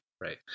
Right